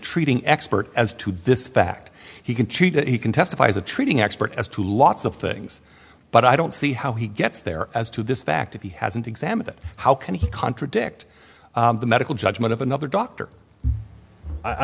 treating expert as to this fact he can cheat and he can testify as a treating expert as to lots of things but i don't see how he gets there as to this fact if he hasn't examined it how can he contradict the medical judgment of another doctor i